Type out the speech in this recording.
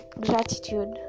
gratitude